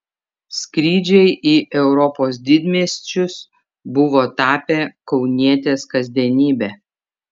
skrydžiai į europos didmiesčius buvo tapę kaunietės kasdienybe